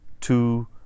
two